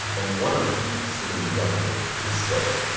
and one of them is suing the government to stay